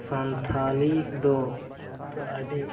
ᱥᱟᱱᱛᱟᱲᱤ ᱫᱚ ᱟᱹᱰᱤ